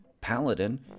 Paladin